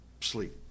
sleep